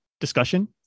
discussion